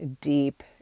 deep